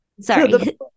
sorry